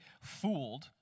fooled